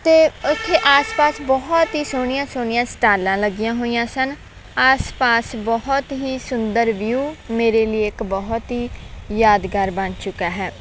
ਅਤੇ ਉੱਥੇ ਆਸ ਪਾਸ ਬਹੁਤ ਹੀ ਸੋਹਣੀਆਂ ਸੋਹਣੀਆਂ ਸਟਾਲਾਂ ਲੱਗੀਆਂ ਹੋਈਆਂ ਸਨ ਆਸ ਪਾਸ ਬਹੁਤ ਹੀ ਸੁੰਦਰ ਵਿਊ ਮੇਰੇ ਲਈ ਇੱਕ ਬਹੁਤ ਹੀ ਯਾਦਗਾਰ ਬਣ ਚੁੱਕਾ ਹੈ